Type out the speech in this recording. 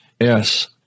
Yes